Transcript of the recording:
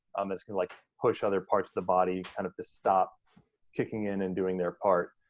um it's gonna like push other parts of the body, kind of just stop kicking in and doing their part.